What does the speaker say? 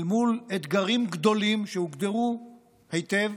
אל מול אתגרים גדולים, שהוגדרו היטב,